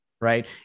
Right